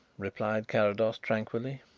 replied carrados tranquilly.